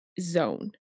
zone